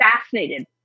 fascinated